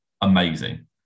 amazing